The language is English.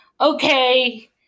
Okay